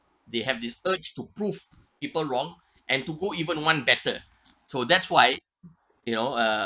they have this urge to prove people wrong and to go even one better so that's why you know uh